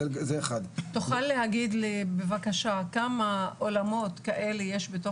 תוכל להגיד לי בבקשה כמה אולמות כאלה יש?